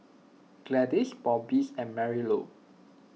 Gladyce Bobbies and Marilou